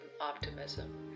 optimism